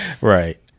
Right